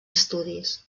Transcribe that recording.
estudis